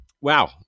Wow